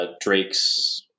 drakes